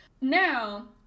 Now